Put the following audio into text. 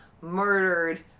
murdered